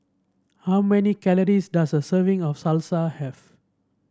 how many calories does a serving of Salsa have